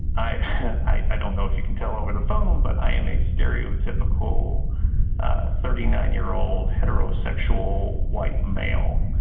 i i don't know if you can tell over the phone, but i am a stereotypical thirty nine year old heterosexual white male.